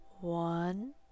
one